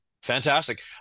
Fantastic